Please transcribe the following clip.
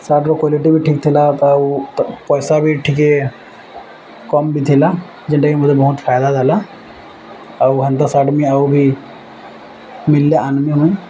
ସାର୍ଟର କ୍ୱାଲିଟି ବି ଠିକ୍ ଥିଲା ଆଉ ପଇସା ବି ଟିକେ କମ୍ ବି ଥିଲା ଯେନ୍ଟାକି ମୋତେ ବହୁତ ଫାଇଦା ଦେଲା ଆଉ ହେନ୍ତା ସାର୍ଟ ବି ଆଉ ବି ମିଲ୍ଲେ ଆନ୍ମି ମୁଇଁ